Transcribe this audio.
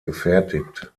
gefertigt